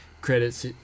credits